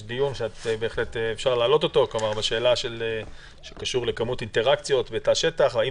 יש דיון שבהחלט אפשר לערוך באשר לכמות אינטראקציות בתא שטח והאם